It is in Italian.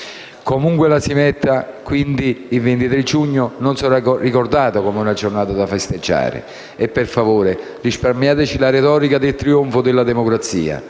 Comunque la si metta, quindi, il 23 giugno non sarà ricordato come una giornata da festeggiare. E per favore risparmiateci la retorica del trionfo della democrazia.